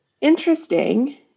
interesting